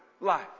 life